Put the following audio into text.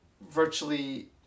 virtually